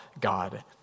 God